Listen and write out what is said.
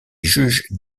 juges